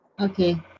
Okay